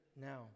now